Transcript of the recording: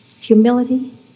humility